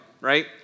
right